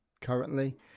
currently